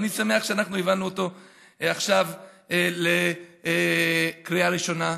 אני שמח שאנחנו הבאנו את זה עכשיו לקריאה ראשונה,